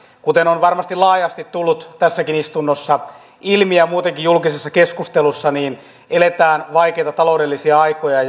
kuten on varmasti laajasti tullut tässäkin istunnossa ilmi ja muutenkin julkisessa keskustelussa niin eletään vaikeita taloudellisia aikoja